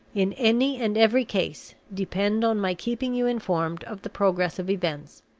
in any and every case, depend on my keeping you informed of the progress of events,